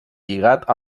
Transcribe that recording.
lligat